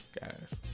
Guys